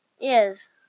yes